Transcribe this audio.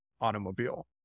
automobile